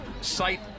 site